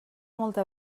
molta